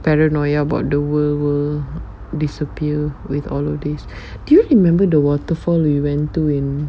paranoia about the world will disappear with all of this do you remember the waterfall we went to in